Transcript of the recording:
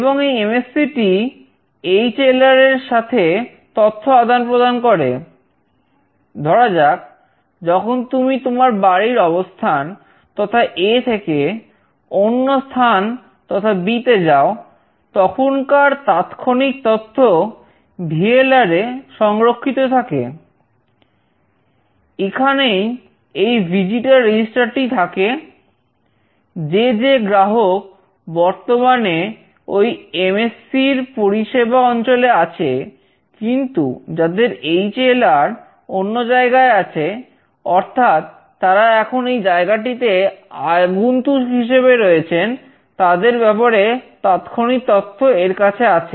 এবং এই এমএসসি অন্য জায়গায় আছে অর্থাৎ তারা এখন এই জায়গাটিতে আগন্তুক হিসেবে রয়েছেন তাদের ব্যাপারে তাৎক্ষণিক তথ্য এর কাছে আছে